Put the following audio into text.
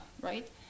right